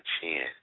chin